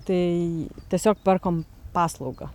tai tiesiog perkam paslaugą